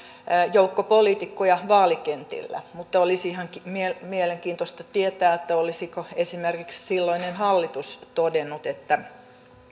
joukko poliitikkoja vaalikentillä mutta olisi ihan mielenkiintoista tietää olisiko esimerkiksi silloinen hallitus todennut että